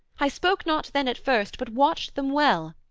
i spoke not then at first, but watched them well,